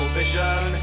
vision